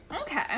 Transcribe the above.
Okay